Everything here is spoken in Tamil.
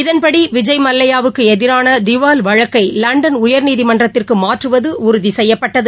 இதன்படி விஜய் மல்லையாவுக்கு எதிரான திவால் வழக்கை லண்டன் உயர்நீதிமன்றத்திற்கு மாற்றுவது உறுதி செய்யப்பட்டது